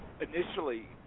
initially